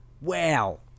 wow